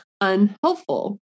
unhelpful